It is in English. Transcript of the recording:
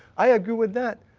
i agree with that.